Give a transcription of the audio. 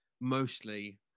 mostly